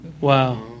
Wow